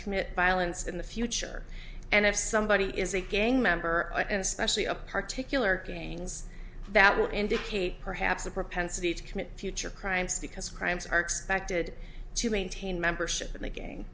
commit violence in the future and if somebody is a gang member and especially a particularly gains that will indicate perhaps a propensity to commit future crimes because crimes are expected to maintain membership in the ga